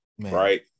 right